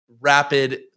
rapid